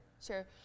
Sure